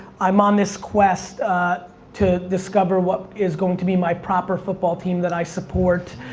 i'm on this quest to discover what is going to be my proper football team that i support,